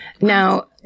Now